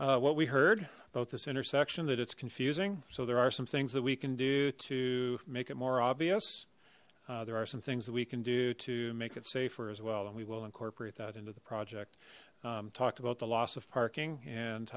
intersection what we heard about this intersection that it's confusing so there are some things that we can do to make it more obvious there are some things that we can do to make it safer as well and we will incorporate that into the project talked about the loss of parking and